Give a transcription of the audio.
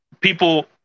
people